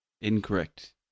Incorrect